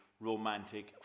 romantic